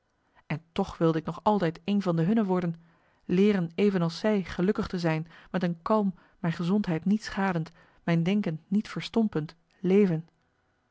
en toch wilde ik nog altijd een van de hunne worden leeren evenals zij gelukkig te zijn met een kalm mijn gezondheid niet schadend mijn denken niet verstompend leven